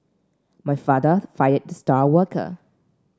my father fired the star worker